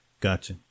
Gotcha